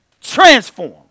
transform